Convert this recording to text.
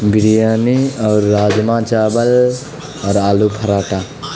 بریانی اور راجمہ چاول اور آلو پراٹھا